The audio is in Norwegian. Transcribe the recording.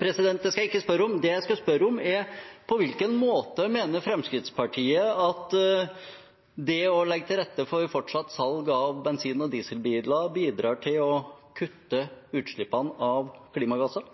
Det skal jeg ikke spørre om. Det jeg skal spørre om, er: På hvilken måte mener Fremskrittspartiet at det å legge til rette for fortsatt salg av bensin- og dieselbiler bidrar til å kutte utslippene av klimagasser?